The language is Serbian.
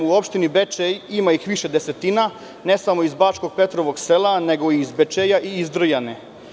U opštini Bečej ima ih više desetina, ne samo iz Bačkog Petrovog Sela, nego i iz Bečeja i iz Drujane.